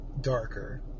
darker